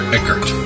Eckert